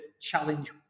challenge